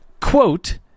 quote